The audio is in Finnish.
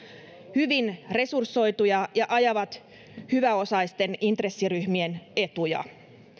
hyvin resursoituja ja ajavat hyväosaisten intressiryhmien etuja